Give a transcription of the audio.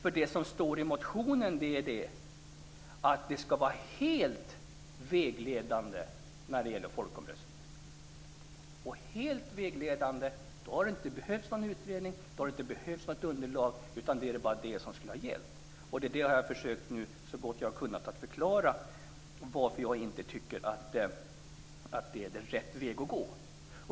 Vad som står i motionen är att folkomröstningen skall vara helt vägledande. Om den hade varit helt vägledande hade det inte behövts någon utredning eller något underlag, utan då hade det bara varit folkomröstningsresultatet som hade gällt. Jag har nu så gott jag har kunnat försökt att förklara varför jag inte tycker att det är rätt väg att gå.